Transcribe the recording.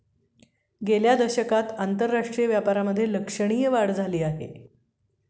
गेल्या दशकात आंतरराष्ट्रीय व्यापारामधे लक्षणीय वाढ झाली आहे